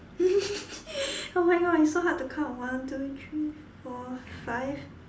oh my god it's so hard to count one two three four five